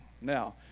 Now